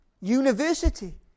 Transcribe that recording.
university